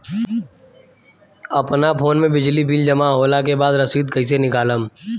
अपना फोन मे बिजली बिल जमा होला के बाद रसीद कैसे निकालम?